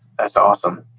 that's awesome.